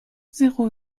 zéro